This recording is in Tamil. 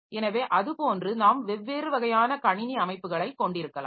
எனவே அதுபோன்று நாம் வெவ்வேறு வகையான கணினி அமைப்புகளை கொண்டிருக்கலாம்